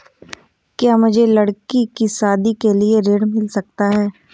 क्या मुझे लडकी की शादी के लिए ऋण मिल सकता है?